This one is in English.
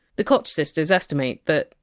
the koch sisters estimate that,